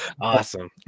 awesome